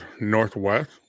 northwest